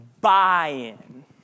buy-in